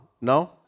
no